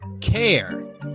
care